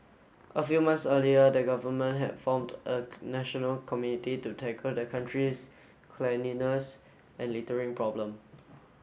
a few months earlier the government had formed a national community to tackle the country's cleanliness and littering problem